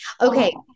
Okay